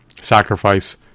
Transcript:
sacrifice